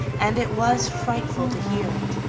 and it was frightful to hear it.